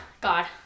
God